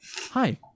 hi